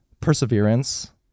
perseverance